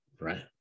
Right